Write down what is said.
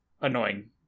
annoying